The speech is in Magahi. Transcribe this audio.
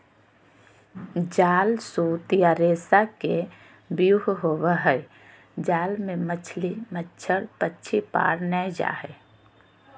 जाल सूत या रेशा के व्यूह होवई हई जाल मे मछली, मच्छड़, पक्षी पार नै जा हई